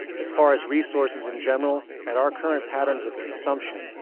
as far as resources in general, at our current patterns of consumption,